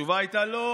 התשובה הייתה: לא.